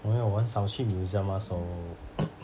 我没有我很少去 museum mah